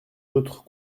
d’autres